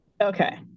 Okay